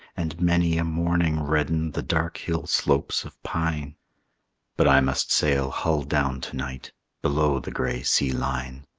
and many a morning redden the dark hill slopes of pine but i must sail hull-down to-night below the gray sea-line.